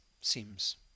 seems